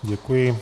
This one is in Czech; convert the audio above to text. Děkuji.